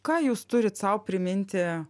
ką jūs turit sau priminti